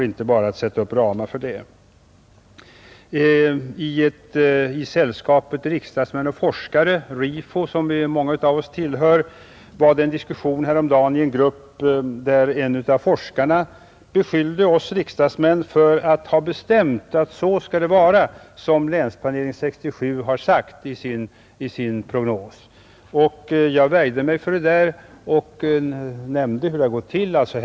I sällskapet Riksdagsmän och forskare, RIFO, som många av oss tillhör, förde en grupp häromdagen en diskussion, och en av forskarna beskyllde oss riksdagsmän för att ha bestämt att det skall vara så som Länsplanering 1967 har sagt i sin prognos. Jag värjde mig mot det där och nämnde hur det hela har gått till.